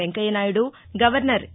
Venkaiah Naidu governor ఇ